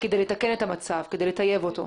כדי לתקן את המצב, כדי לטייב אותו?